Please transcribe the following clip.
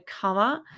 cover